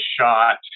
shot